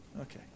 Okay